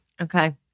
Okay